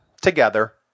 together